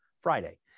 Friday